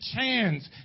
chance